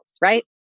right